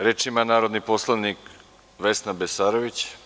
Reč ima narodni poslanik Vesna Besarović.